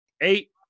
eight